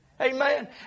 Amen